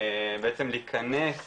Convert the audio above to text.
בעצם להיכנס